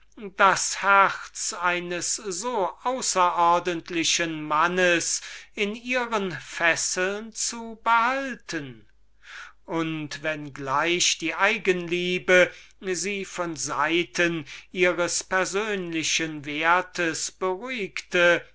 das herz eines so außerordentlichen mannes in ihren fesseln zu behalten und wenn gleich die eigenliebe sie von seiten ihres persönlichen wertes hierüber beruhigte